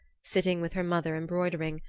sitting with her mother embroidering,